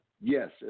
yes